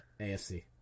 AFC